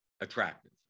attractive